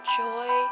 joy